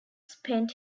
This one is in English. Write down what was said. spent